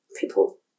people